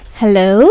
hello